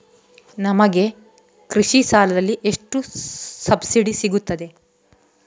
ನನಗೆ ಕೃಷಿ ಸಾಲದಲ್ಲಿ ಎಷ್ಟು ಸಬ್ಸಿಡಿ ಸೀಗುತ್ತದೆ?